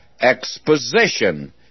exposition